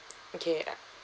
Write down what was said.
okay uh